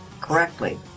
correctly